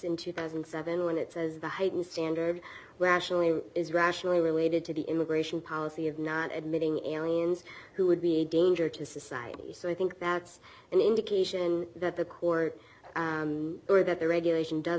in two thousand and seven when it says the heightened standard rationally is rationally related to the immigration policy of not admitting aliens who would be a danger to society so i think that's an indication that the court order that the regulation does